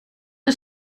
een